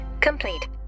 complete